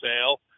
sale